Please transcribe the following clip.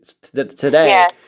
today